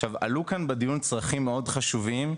עכשיו עלו כאן בדיון צרכים מאוד חשובים,